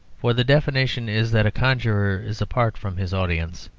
for the definition is that a conjurer is apart from his audience,